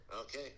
Okay